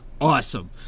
awesome